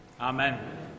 Amen